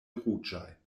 ruĝaj